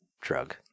drug